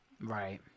Right